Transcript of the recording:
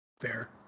Fair